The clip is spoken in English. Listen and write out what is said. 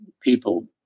people